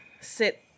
sit